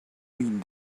read